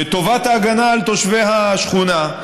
לטובת ההגנה על תושבי השכונה.